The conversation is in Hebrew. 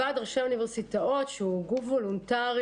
ועד ראשי האוניברסיטאות שהוא גוף וולונטרי